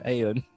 Ayun